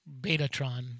Betatron